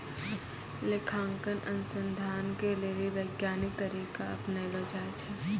लेखांकन अनुसन्धान के लेली वैज्ञानिक तरीका अपनैलो जाय छै